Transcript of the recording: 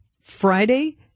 Friday